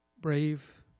Brave